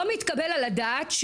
לא מתקבל על הדעת,